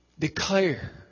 Declare